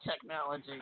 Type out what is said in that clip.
technology